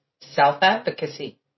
self-advocacy